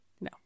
No